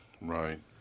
Right